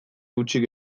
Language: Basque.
hutsik